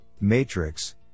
matrix